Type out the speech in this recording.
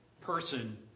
person